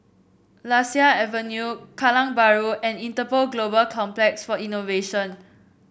Lasia Avenue Kallang Bahru and Interpol Global Complex for Innovation